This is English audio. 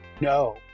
No